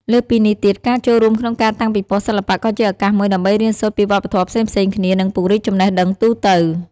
លើសពីនេះទៀត ការចូលរួមក្នុងការតាំងពិពណ៌សិល្បៈក៏ជាឱកាសមួយដើម្បីរៀនសូត្រពីវប្បធម៌ផ្សេងៗគ្នា និងពង្រីកចំណេះដឹងទូទៅ។